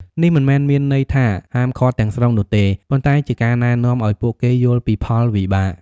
នេះមិនមែនមានន័យថាហាមឃាត់ទាំងស្រុងនោះទេ ប៉ុន្តែជាការណែនាំឲ្យពួកគេយល់ពីផលវិបាក។